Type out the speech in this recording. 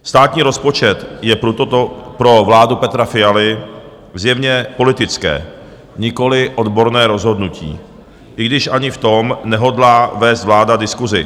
Státní rozpočet je pro vládu Petra Fialy zjevně politické, nikoliv odborné rozhodnutí, i když ani v tom nehodlá vést vláda diskusi.